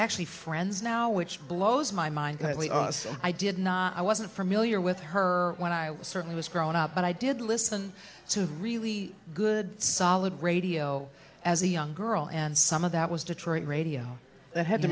actually friends now which blows my mind i did not i wasn't familiar with her when i certainly was growing up but i did listen to really good solid radio as a young girl and some of that was detroit radio that had to